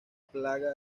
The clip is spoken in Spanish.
plaga